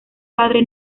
padre